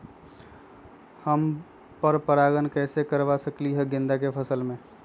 हम पर पारगन कैसे करवा सकली ह गेंदा के फसल में?